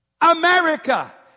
America